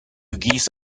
geese